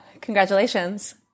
Congratulations